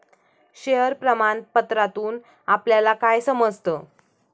Share प्रमाण पत्रातून आपल्याला काय समजतं?